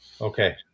Okay